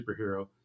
superhero